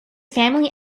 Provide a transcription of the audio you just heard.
family